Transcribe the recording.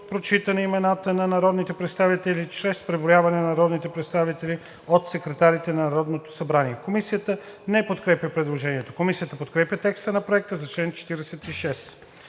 прочитане имената на народните представители или чрез преброяване на народните представители от секретарите на Народното събрание.“ Комисията не подкрепя предложението. Комисията подкрепя текста на Проекта за чл. 46.